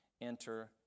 enter